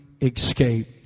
escape